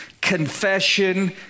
confession